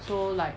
so like